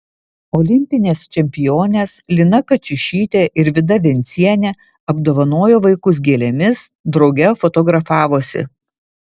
olimpinės čempionės lina kačiušytė ir vida vencienė apdovanojo vaikus gėlėmis drauge fotografavosi